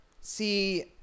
See